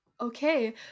Okay